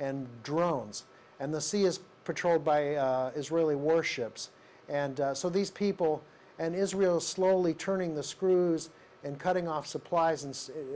and drones and the sea is patrolled by israeli warships and so these people and israel slowly turning the screws and cutting off supplies